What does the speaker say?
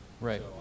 Right